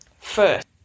first